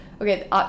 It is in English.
okay